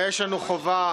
התש"ט 1949,